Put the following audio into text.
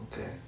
Okay